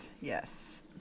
Yes